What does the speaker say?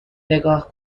نگاه